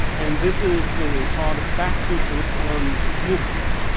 and this is the called back to jerusalem movement.